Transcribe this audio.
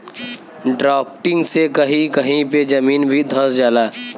drafting से कही कही पे जमीन भी धंस जाला